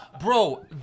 Bro